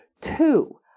Two